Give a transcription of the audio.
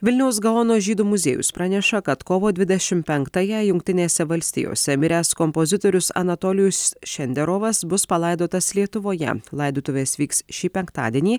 vilniaus gaono žydų muziejus praneša kad kovo dvidešim penktąją jungtinėse valstijose miręs kompozitorius anatolijus šenderovas bus palaidotas lietuvoje laidotuvės vyks šį penktadienį